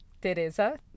Teresa